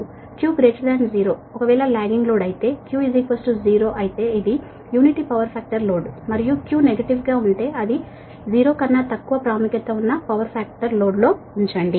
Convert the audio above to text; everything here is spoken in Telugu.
ఒకవేళ Q 0 అయితే లాగ్గింగ్ లోడ్ Q 0 అయితే ఇది యూనిటీ పవర్ ఫాక్టర్ లోడ్ మరియు Q నెగటివ్ గా ఉంటే అది 0 కన్నా తక్కువ ప్రాముఖ్యత ఉన్న పవర్ ఫాక్టర్ల లోడ్లో ఉంచండి